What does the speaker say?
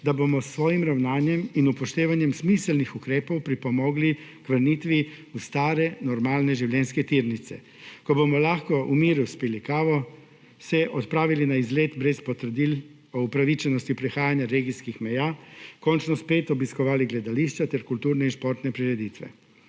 da bomo s svojim ravnanjem in upoštevanjem smiselnih ukrepov pripomogli k vrnitvi v stare, normalne življenjske tirnice, ko bomo lahko v miru spili kavo, se odpravili na izlet brez potrdil o upravičenosti prehajanja regijskih meja, končno spet obiskovali gledališča ter kulturne in športne prireditve.